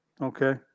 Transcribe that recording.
Okay